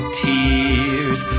tears